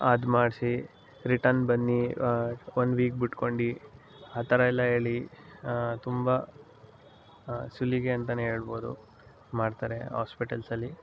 ಅದು ಮಾಡಿಸಿ ರಿಟನ್ ಬನ್ನಿ ಒನ್ ವೀಕ್ ಬಿಟ್ಕೊಂಡು ಆ ಥರ ಎಲ್ಲ ಹೇಳಿ ತುಂಬ ಸುಲಿಗೆ ಅಂತಲೇ ಹೇಳ್ಬೋದು ಮಾಡ್ತಾರೆ ಆಸ್ಪೆಟಲ್ಸಲ್ಲಿ